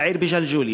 צעיר בג'לג'וליה,